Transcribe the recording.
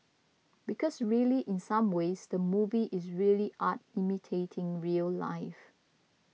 because really in some ways the movie is really art imitating real life